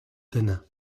dana